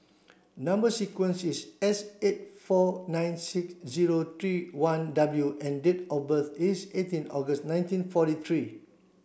number sequence is S eight four nine six zero three one W and date of birth is eighteen August nineteen forty three